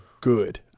good